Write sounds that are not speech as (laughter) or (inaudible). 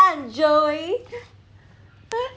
well done joey (laughs)